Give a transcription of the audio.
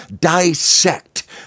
dissect